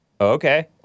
Okay